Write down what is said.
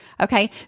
okay